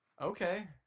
okay